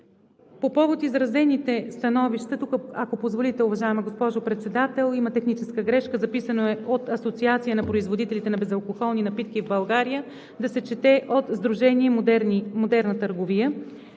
По повод изразените становища – ако позволите, уважаема госпожо Председател, има техническа грешка – записано е: „от Асоциацията на производителите на безалкохолни напитки в България“, да се чете: от Сдружението за модерна търговия